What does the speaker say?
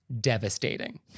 Devastating